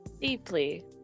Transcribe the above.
deeply